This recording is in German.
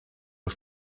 auf